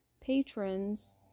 patrons